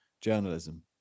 journalism